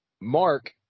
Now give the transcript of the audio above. Mark